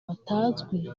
batazwi